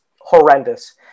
horrendous